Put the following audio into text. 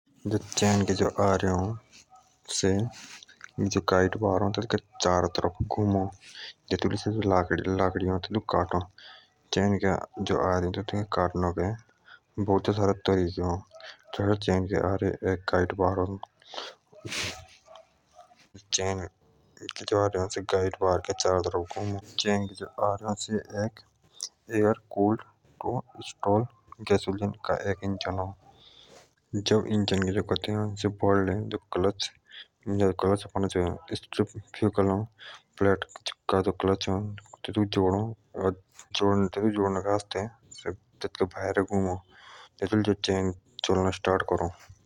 जो चैन के आरी अ टाईट बार के चारों तरफ घूमो जीतोली से लकड़ी काटो आदमी बेर लड़की काटने के आसते बहुते सारे तरीके अ आरे गाइड बार के चारों तरफ घूमो आरे एक इंजन अ जो क्लच अ सेओ तेतोक जोड़ना का काम करो।